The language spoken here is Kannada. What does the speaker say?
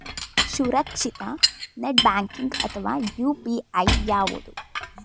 ಸುರಕ್ಷಿತ ನೆಟ್ ಬ್ಯಾಂಕಿಂಗ್ ಅಥವಾ ಯು.ಪಿ.ಐ ಯಾವುದು?